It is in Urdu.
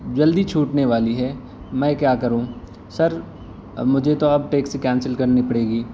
جلدی چھوٹنے والی ہے میں کیا کروں سر مجھے تو اب ٹیکسی کینسل کرنی پڑے گی